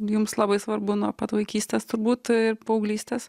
jums labai svarbu nuo pat vaikystės turbūt ir paauglystės